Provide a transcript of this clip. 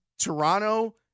Toronto